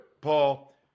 Paul